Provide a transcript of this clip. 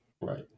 Right